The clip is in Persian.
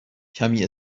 کمی